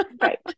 Right